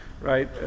Right